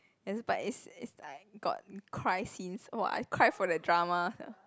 yes but it's it's like got cry scenes !wah! I cry for that drama sia